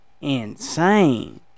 insane